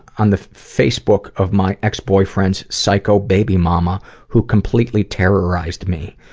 on the facebook of my ex-boyfriend's psycho baby mama who completely terrorized me.